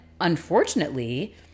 unfortunately